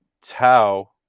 Tau